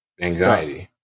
anxiety